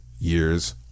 years